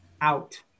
out